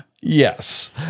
yes